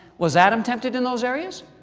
was adam tempted in those areas?